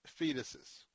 fetuses